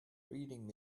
reading